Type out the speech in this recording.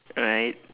alright